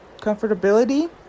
comfortability